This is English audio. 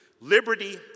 Liberty